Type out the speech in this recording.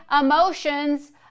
emotions